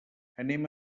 anem